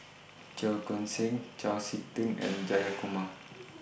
Cheong Koon Seng Chau Sik Ting and Jayakumar